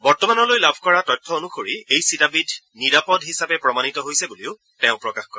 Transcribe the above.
বৰ্তমানলৈ উপলব্ধ তথ্য অনুসৰি এই ছিটাবিধ নিৰাপদ হিচাপে প্ৰমাণিত হৈছে বুলিও তেওঁ প্ৰকাশ কৰে